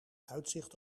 uitzicht